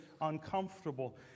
uncomfortable